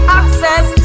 access